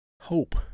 hope